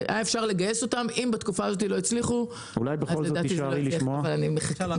אם בתקופה הזאת לא הצליחו --- שר החקלאות